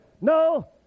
no